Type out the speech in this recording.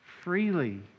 Freely